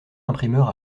imprimeur